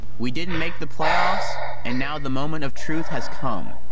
we didn't make the playoffs and now the moment of truth has come.